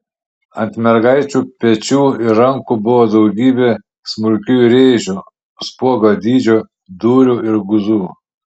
ant mergaičių pečių ir rankų buvo daugybė smulkių rėžių spuogo dydžio dūrių ir guzų